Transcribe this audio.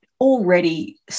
already